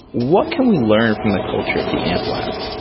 what can we learn from the culture of the amplab?